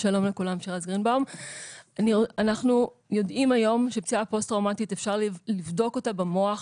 אנחנו יודעים היום שפציעה פוסט טראומטית אפשר לבדוק אותה במוח.